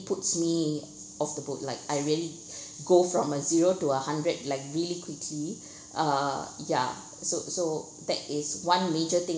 puts me off the book like I really go from a zero to a hundred like really quickly uh ya so so that is one major thing